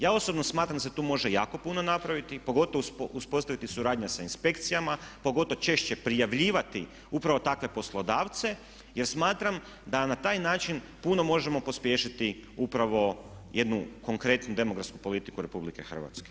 Ja osobno smatram da se tu može jako puno napraviti pogotovo uspostaviti suradnja sa inspekcijama, pogotovo češće prijavljivati upravo takve poslodavce jer smatram da na taj način puno možemo pospješiti upravo jednu konkretnu demografsku politiku RH.